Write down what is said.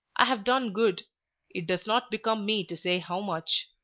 i have done good it does not become me to say how much.